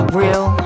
real